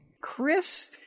chris